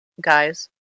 guys